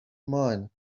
mine